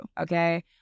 Okay